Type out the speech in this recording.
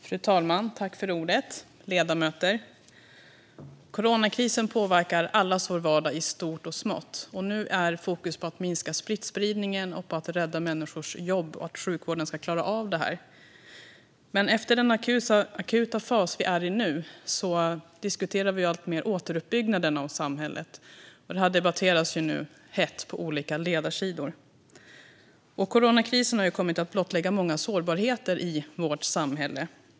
Fru talman! Ledamöter! Coronakrisen påverkar allas vår vardag i stort och smått. Nu är fokus på att minska smittspridningen, att rädda människors jobb och att sjukvården ska klara av det hela. Men efter den akuta fas vi nu är i kommer återuppbyggnaden av samhället, och detta debatteras nu hett på olika ledarsidor. Coronakrisen har kommit att blottlägga många sårbarheter i vårt samhälle.